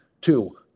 Two